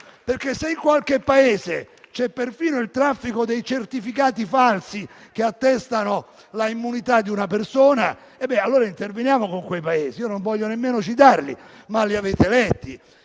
parte, se in qualche Paese c'è perfino il traffico dei certificati falsi che attestano l'immunità di una persona, interveniamo con quei Paesi. Non voglio nemmeno citarli, ma li avete letti.